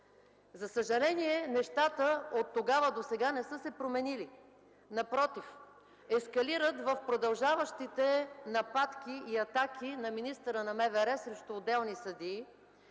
За съжаление, нещата оттогава досега не са се променили. Напротив, ескалират в продължаващите нападки и атаки на министъра на вътрешните